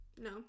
No